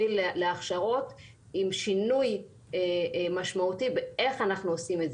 להוביל להכשרות עם שינוי משמעותי איך אנחנו עושים את